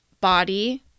body